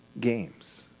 games